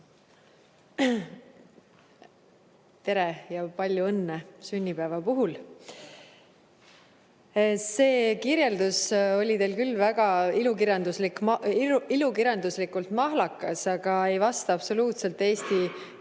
Tere! Ja palju õnne sünnipäeva puhul! See kirjeldus oli teil küll ilukirjanduslikult väga mahlakas, aga ei vasta absoluutselt Eesti tegelikule